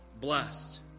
blessed